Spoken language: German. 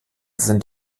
sind